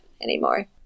anymore